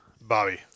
Bobby